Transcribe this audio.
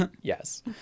Yes